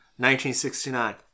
1969